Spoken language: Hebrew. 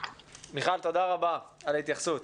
מיכל, תודה רבה על ההתייחסות.